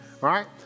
right